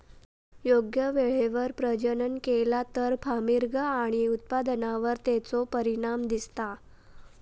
योग्य वेळेवर प्रजनन केला तर फार्मिग आणि उत्पादनावर तेचो परिणाम दिसता